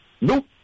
Nope